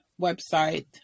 website